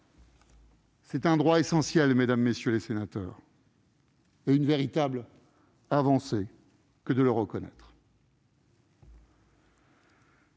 C'est un droit essentiel, mesdames, messieurs les sénateurs, et c'est une véritable avancée que de le reconnaître.